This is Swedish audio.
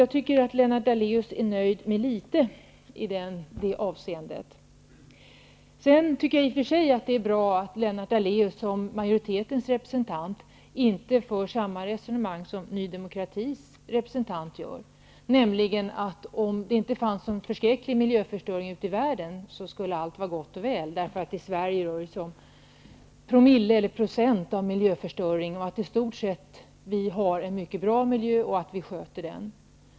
Jag tycker att Lennart Daléus nöjer sig med litet i det avseendet. Jag tycker i och för sig att det är bra att Lennart Daléus, som representant för majoriteten, inte för samma resonemang som Ny demokratis representant gör, nämligen att allt, om det inte fanns så mycket förskräcklig miljöförstöring ute i världen, skulle vara gott och väl -- omfattningen av miljöförstöringen i Sverige är i promille eller procent, Sverige har i stort sett en bra miljö som sköts väl.